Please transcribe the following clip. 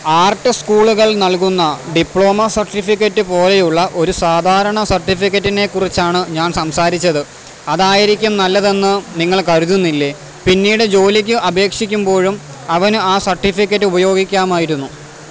art സ്കൂളുകൾ നൽകുന്ന diploma certificate പോലെയുള്ള ഒരു സാധാരണ സർട്ടിഫിക്കറ്റിനെക്കുറിച്ചാണ് ഞാൻ സംസാരിച്ചത് അതായിരിക്കും നല്ലതെന്ന് നിങ്ങൾ കരുതുന്നില്ലേ പിന്നീട് ജോലിക്ക് അപേക്ഷിക്കുമ്പോഴും അവന് ആ സർട്ടിഫിക്കറ്റ് ഉപയോഗിക്കാമായിരുന്നു